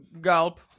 Gulp